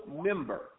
member